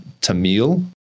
Tamil